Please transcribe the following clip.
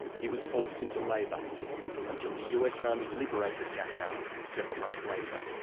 he was forced into labour until the us army liberated dachau several months later.